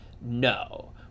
no